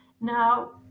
Now